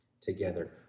together